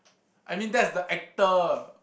I mean that's the actor